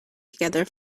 together